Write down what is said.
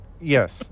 Yes